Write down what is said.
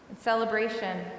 celebration